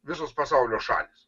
visos pasaulio šalys